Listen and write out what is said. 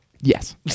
Yes